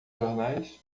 jornais